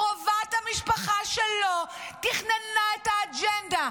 קרובת המשפחה שלו תכננה את האג'נדה,